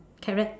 carrot